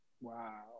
wow